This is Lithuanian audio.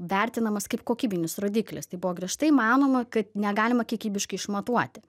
vertinamas kaip kokybinis rodiklis tai buvo griežtai manoma kad negalima kiekybiškai išmatuoti